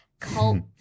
cult